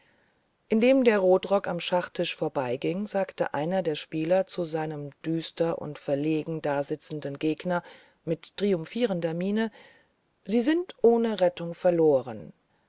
indem der rotrock am schachtisch vorbeiging sagte einer der spieler zu seinem düster und verlegen da sitzenden gegner mit triumphierender miene sie sind ohne rettung verloren